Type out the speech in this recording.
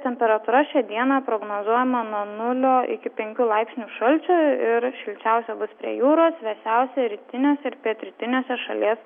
temperatūra šią dieną prognozuojama nuo nulio iki penkių laipsnių šalčio ir šilčiausia bus prie jūros vėsiausia rytiniuose ir pietrytiniuose šalies